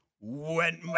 went